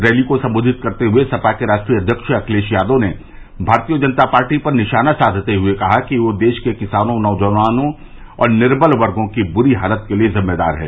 rally को संबोधित करते हुये सपा के राष्ट्रीय अध्यक्ष अखिलेश यादव ने भारतीय जनता पार्टी पर निशाना साधते हुये कहा कि वह देश के किसानों नौजवानों और निर्वल वर्गो की दूरी हालत के लिये जिम्मेदार है